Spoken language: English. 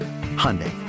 Hyundai